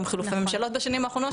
גם חילופי ממשלות בשנים האחרונות,